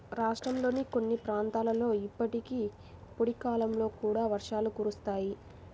రాష్ట్రంలోని కొన్ని ప్రాంతాలలో ఇప్పటికీ పొడి కాలంలో కూడా వర్షాలు కురుస్తాయి